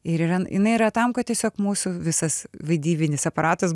ir yra jinai yra tam kad tiesiog mūsų visas vaidybinis aparatas